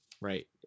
right